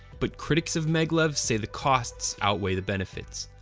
but critics of maglev say the costs outweigh the benefits.